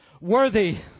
Worthy